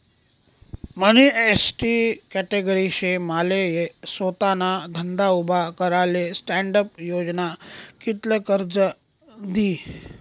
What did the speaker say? मनी ST category शे माले सोताना धंदा उभा कराले स्टॅण्डअप योजना कित्ल कर्ज दी?